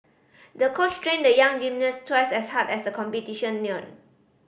the coach trained the young gymnast twice as hard as the competition neared